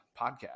podcast